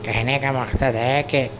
کہنے کا مقصد ہے کہ